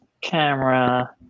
camera